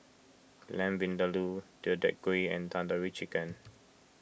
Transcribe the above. Lamb Vindaloo Deodeok Gui and Tandoori Chicken